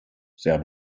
sehr